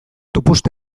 tupust